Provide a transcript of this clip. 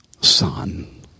Son